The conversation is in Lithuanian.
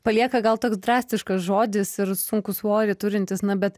palieka gal toks drastiškas žodis ir sunkų svorį turintis na bet